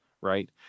right